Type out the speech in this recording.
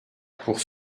pour